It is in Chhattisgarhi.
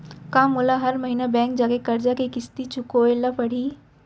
का मोला हर महीना बैंक जाके करजा के किस्ती चुकाए ल परहि?